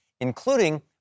including